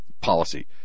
policy